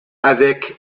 avec